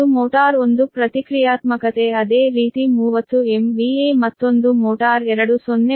ಇದು ಮೋಟಾರ್ 1 ಪ್ರತಿಕ್ರಿಯಾತ್ಮಕತೆ ಅದೇ ರೀತಿ 30 MVA ಮತ್ತೊಂದು ಮೋಟಾರ್ 2 0